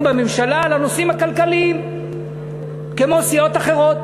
בממשלה על הנושאים הכלכליים כמו סיעות אחרות,